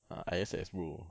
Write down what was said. ah I_S_S bro